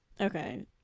Okay